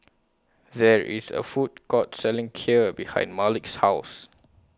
There IS A Food Court Selling Kheer behind Malik's House